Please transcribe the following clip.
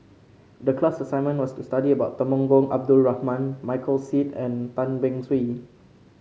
the class assignment was to study about Temenggong Abdul Rahman Michael Seet and Tan Beng Swee